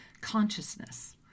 consciousness